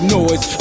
noise